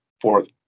fourth